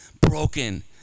broken